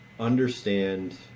understand